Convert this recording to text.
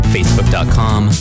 Facebook.com